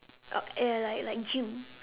uh ya like like gym